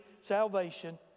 salvation